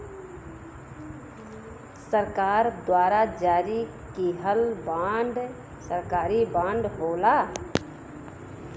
सरकार द्वारा जारी किहल बांड सरकारी बांड होला